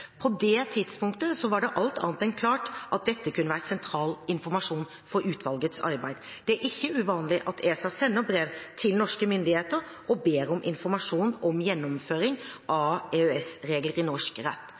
På det tidspunktet var det alt annet enn klart at dette kunne være sentral informasjon for utvalgets arbeid. Det er ikke uvanlig at ESA sender brev til norske myndigheter og ber om informasjon om gjennomføring av EØS-regler i norsk rett.